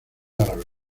árabe